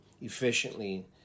efficiently